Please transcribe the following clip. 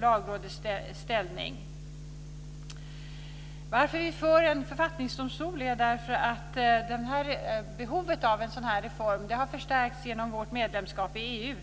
Lagrådets ställning. Anledningen till att vi är för en författningsdomstol är att behovet av en sådan reform har förstärkts genom vårt medlemskap i EU.